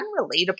unrelatable